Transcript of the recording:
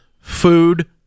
food